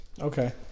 Okay